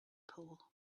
pool